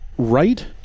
right